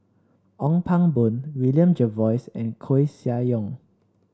Ong Pang Boon William Jervois and Koeh Sia Yong